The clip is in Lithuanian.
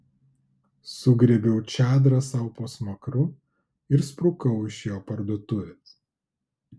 sugriebiau čadrą sau po smakru ir sprukau iš jo parduotuvės